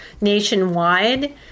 nationwide